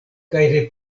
kaj